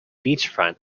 beachfront